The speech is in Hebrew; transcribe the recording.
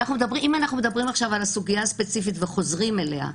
אם אנחנו מדברים עכשיו על הסוגיה הספציפית וחוזרים אליה,